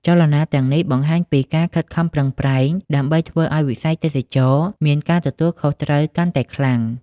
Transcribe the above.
ចលនាទាំងនេះបង្ហាញពីការខិតខំប្រឹងប្រែងដើម្បីធ្វើឲ្យវិស័យទេសចរណ៍មានការទទួលខុសត្រូវកាន់តែខ្លាំង។